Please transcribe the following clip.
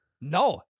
No